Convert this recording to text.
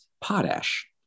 potash